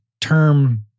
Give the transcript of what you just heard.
term